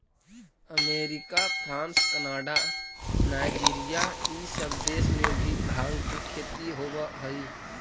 America, France, Canada, Nigeria इ सब देश में भी भाँग के खेती होवऽ हई